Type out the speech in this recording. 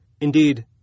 Indeed